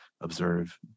observe